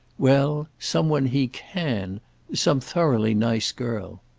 well, some one he can some thoroughly nice girl.